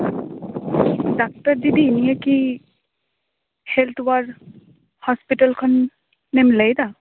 doctor ᱫᱤᱫᱤ ᱱᱤᱭᱟᱹ ᱠᱤ ᱦᱮᱞᱛᱷ ᱚᱣᱟᱨᱞᱰ ᱦᱚᱥᱯᱤᱴᱟᱞ ᱠᱷᱚᱱ ᱵᱤᱱ ᱞᱟᱹᱭᱫᱟ